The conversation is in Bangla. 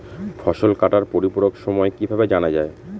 ফসল কাটার পরিপূরক সময় কিভাবে জানা যায়?